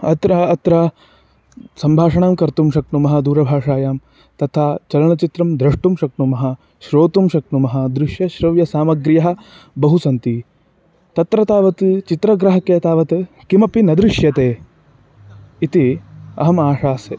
अत्र अत्र सम्भाषणं कर्तुं शक्नुमः दूरभाषायां तथा चलनचित्रं द्रष्टुं शक्नुमः श्रोतुं श्कनुमः दृष्यश्रव्यसामग्र्यः बह्व्यः सन्ति तत्र तावत् चित्रग्राहके तावत् किमपि न दृश्यते इति अहमाशासे